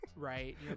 Right